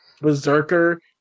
Berserker